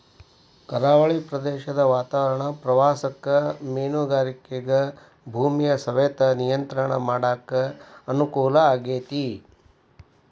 ಕರಾವಳಿ ಪ್ರದೇಶದ ವಾತಾವರಣ ಪ್ರವಾಸಕ್ಕ ಮೇನುಗಾರಿಕೆಗ ಭೂಮಿಯ ಸವೆತ ನಿಯಂತ್ರಣ ಮಾಡಕ್ ಅನುಕೂಲ ಆಗೇತಿ